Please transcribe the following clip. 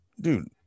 dude